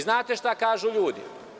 Znate šta kažu ljudi?